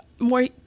more